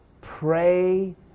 Pray